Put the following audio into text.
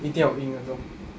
一定要赢的这种